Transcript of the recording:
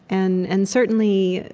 and and certainly,